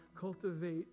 cultivate